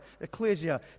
Ecclesia